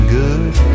good